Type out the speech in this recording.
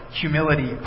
humility